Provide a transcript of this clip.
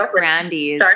Brandys